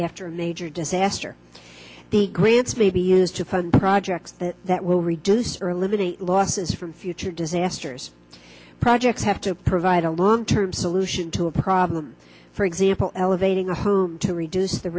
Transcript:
after a major disaster the grants they be used to fund projects that will reduce or eliminate losses from future disasters projects have to provide a long term solution to a problem for example elevating a home to reduce the